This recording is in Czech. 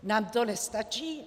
Nám to nestačí?